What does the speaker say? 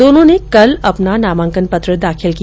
दोनों ने कल अपना नामांकन पत्र दाखिल किया